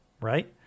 right